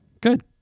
Good